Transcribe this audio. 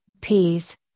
peas